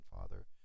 Father